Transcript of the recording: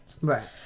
right